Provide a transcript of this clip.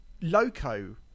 Loco